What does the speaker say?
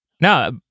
No